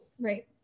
Right